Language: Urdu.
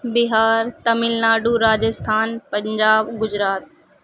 بہار تمل ناڈو راجستھان پنجاب گجرات